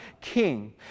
king